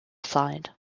side